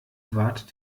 wartet